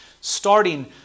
starting